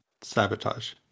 sabotage